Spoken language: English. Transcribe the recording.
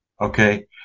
Okay